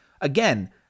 again